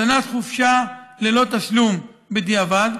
הזנת חופשה ללא תשלום בדיעבד,